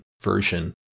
version